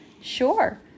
Sure